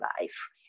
life